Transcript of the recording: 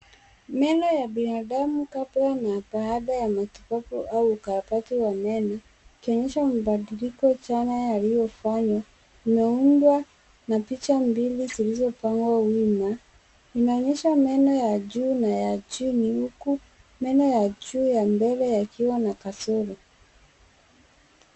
Meno ya binadamu kabla na baada ya matibabu au ukarabati wa meno ikionyesha mabadiliko jana yaliyofanywa. Umeundwa na picha mbili zilizopangwa wima. Inaonyesha meno ya juu na ya chini huku meno ya juu ya mbele yakiwa na kasoro.